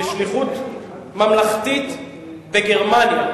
בשליחות ממלכתית בגרמניה,